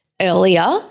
earlier